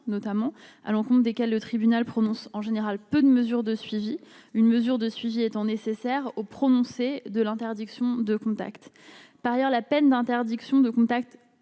notamment à leur compte desquels le tribunal prononce en général peu de mesures de suivi une mesure de suivi étant nécessaire au prononcé de l'interdiction de contact par ailleurs la peine d'interdiction de contact